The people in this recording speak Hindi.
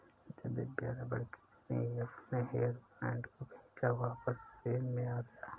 जब दिव्या रबड़ की बनी अपने हेयर बैंड को खींचा वापस शेप में आ गया